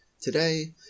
today